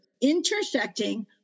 intersecting